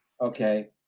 Okay